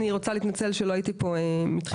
אני רוצה להתנצל שלא הייתי פה מתחילת הדיון.